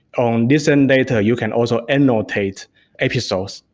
on this end data, you can also annotate episodes.